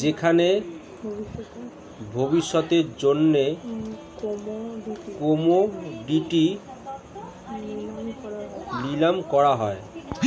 যেখানে ভবিষ্যতের জন্য কোমোডিটি নিলাম করা হয়